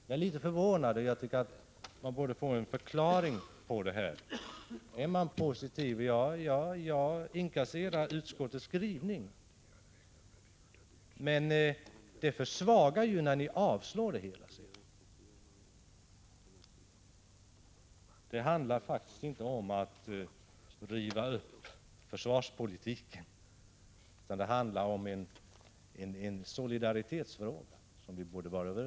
Jag är litet förvånad och tycker att vi borde få en förklaring till detta agerande. Jag håller utskottet räkning för dess skrivning, men denna försvagas genom den avstyrkan som sedan följer. Det handlar faktiskt inte om att riva upp försvarspolitiken, utan det handlar om en solidaritetsfråga där vi borde kunna vara överens.